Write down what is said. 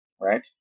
right